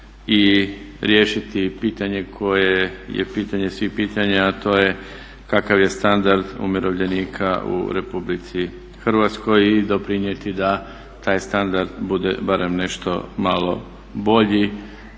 i riješiti pitanje koje je pitanje svih pitanja, a to je kakav je standard umirovljenika u RH i doprinijeti da taj standard bude barem nešto malo bolji